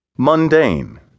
Mundane